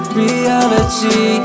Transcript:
reality